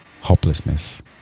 hopelessness